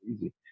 easy